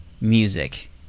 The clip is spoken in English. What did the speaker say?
music